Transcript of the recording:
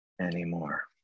anymore